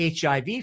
HIV